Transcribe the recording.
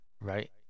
Right